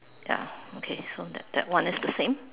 ya okay so that that one is the same